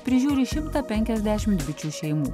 prižiūri šimtą penkiasdešimt bičių šeimų